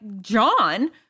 John